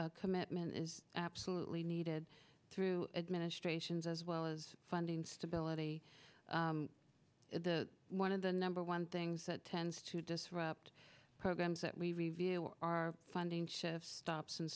commitment is absolutely needed through administrations as well as funding stability the one of the number one things that tends to disrupt programs that we review our funding should have stops and